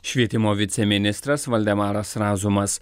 švietimo viceministras valdemaras razumas